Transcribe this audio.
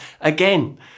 again